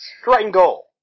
Strangle